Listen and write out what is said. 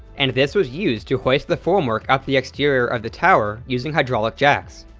and this was used to hoist the formwork up the exterior of the tower using hydraulic jacks.